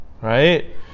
Right